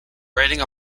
writing